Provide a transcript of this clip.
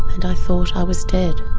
and i thought i was dead.